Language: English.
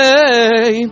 Hey